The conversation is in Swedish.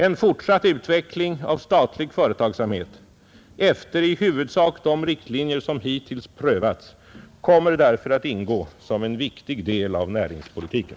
En fortsatt utveckling av statlig företagsamhet efter i huvudsak de riktlinjer som hittills prövats kommer därför att ingå som en viktig del av näringspolitiken.